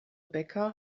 bäcker